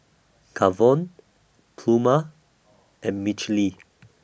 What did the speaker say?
Kavon Pluma and Michele